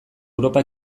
europa